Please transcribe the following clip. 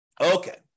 Okay